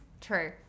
true